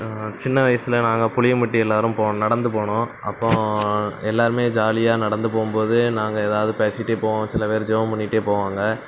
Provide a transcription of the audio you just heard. நான் சின்ன வயசில் நாங்கள் புளியம்பட்டி எல்லோரும் போனோம் நடந்து போனோம் அப்போது எல்லோருமே ஜாலியாக நடந்து போகும்போது நாங்கள் ஏதாவது பேசிகிட்டே போவோம் சில பேர் ஜபம் பண்ணிகிட்டே போவாங்க